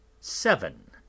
seven